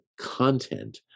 content